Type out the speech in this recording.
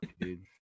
dude